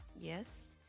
yes